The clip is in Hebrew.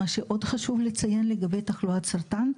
מה שעוד חשוב לציין לגבי תחלואת סרטן,